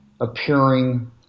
appearing